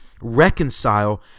reconcile